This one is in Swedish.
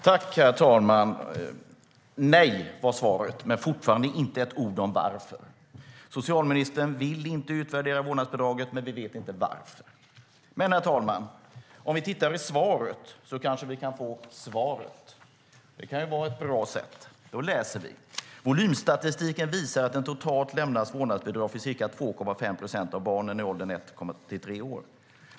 Herr talman! Nej, var svaret - men fortfarande inte ett ord om varför. Socialministern vill inte utvärdera vårdnadsbidraget, men vi vet inte varför. Men, herr talman, om vi tittar i svaret kanske vi kan få svaret. Det kan ju vara ett bra sätt. Jag läser: "Volymstatistiken visar att det totalt lämnas vårdnadsbidrag för ca 2,5 procent av barnen i åldern 1-3 år.